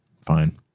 Fine